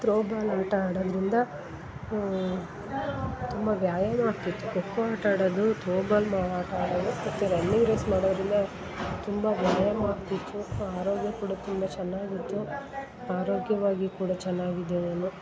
throwball ಆಟ ಆಡೋದರಿಂದ ತುಂಬ ವ್ಯಾಯಾಮ ಆಗ್ತಿತ್ತು ಖೋಖೋ ಆಟ ಆಡೋದು ತ್ರೋಬಾಲ್ ಆಟ ಆಡೋದು ಮತ್ತು ರನ್ನಿಂಗ್ ರೇಸ್ ಮಾಡೋದರಿಂದ ತುಂಬ ವ್ಯಾಯಾಮ ಆಗ್ತಿತ್ತು ಆರೋಗ್ಯ ಕೂಡ ತುಂಬ ಚೆನ್ನಾಗಿತ್ತು ಆರೋಗ್ಯವಾಗಿ ಕೂಡ ಚೆನ್ನಾಗಿದೆ ನಾನು